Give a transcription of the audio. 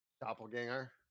doppelganger